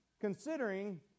considering